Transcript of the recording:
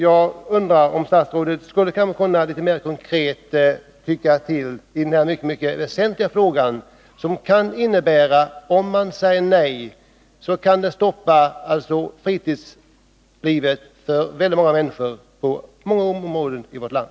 Skulle statsrådet litet mera konkret kunna tycka till i denna väsentliga fråga? Om en markägare säger nej, kan det ju stoppa friluftslivet för väldigt många människor i många områden i vårt land.